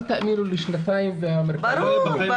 אל תאמינו לשנתיים --- ברור.